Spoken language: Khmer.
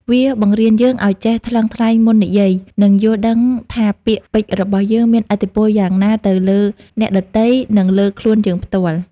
វាបង្រៀនយើងឱ្យចេះថ្លឹងថ្លែងមុននិយាយ និងយល់ដឹងថាពាក្យពេចន៍របស់យើងមានឥទ្ធិពលយ៉ាងណាទៅលើអ្នកដទៃ និងលើខ្លួនយើងផ្ទាល់។